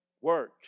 work